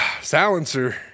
silencer